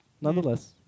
Nonetheless